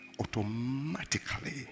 automatically